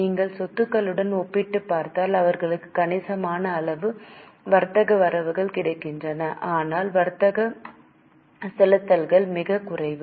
நீங்கள் சொத்துக்களுடன் ஒப்பிட்டுப் பார்த்தால் அவர்களுக்கு கணிசமான அளவு வர்த்தக வரவுகள் கிடைத்துள்ளன ஆனால் வர்த்தக செலுத்துதல்கள் மிகக் குறைவு